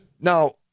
Now